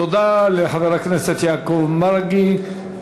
תודה לחבר הכנסת יעקב מרגי.